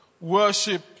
worship